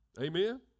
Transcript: Amen